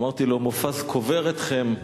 אמרתי לו: מופז קובר אתכם,